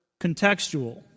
contextual